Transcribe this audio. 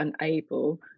unable